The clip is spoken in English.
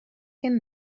can